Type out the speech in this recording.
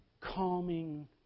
calming